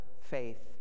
faith